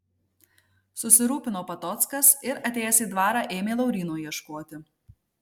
susirūpino patockas ir atėjęs į dvarą ėmė lauryno ieškoti